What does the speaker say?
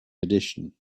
edition